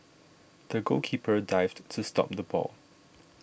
the goalkeeper dived to stop the ball